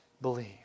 believe